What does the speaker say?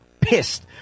pissed